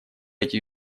эти